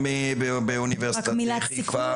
גם באוניברסיטת חיפה --- רק מילת סיכום.